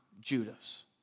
Judas